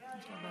סעיפים